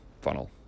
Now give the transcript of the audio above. funnel